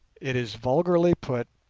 it is vulgarly put,